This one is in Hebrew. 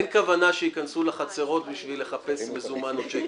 אין כוונה שייכנסו לחצרות בשביל לחפש מזומן או צ'קים.